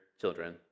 children